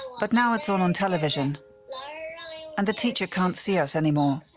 but now it's all on television and the teacher can't see us anymore.